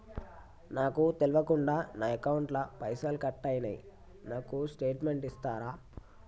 నాకు తెల్వకుండా నా అకౌంట్ ల పైసల్ కట్ అయినై నాకు స్టేటుమెంట్ ఇస్తరా?